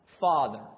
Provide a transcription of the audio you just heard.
Father